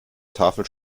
tafel